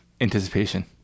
anticipation